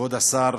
כבוד השר,